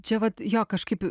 čia vat jo kažkaip